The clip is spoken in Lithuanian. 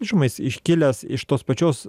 žinoma jis iškilęs iš tos pačios